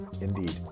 indeed